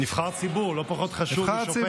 נבחר ציבור, לא פחות חשוב משופט.